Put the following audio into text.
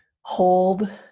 hold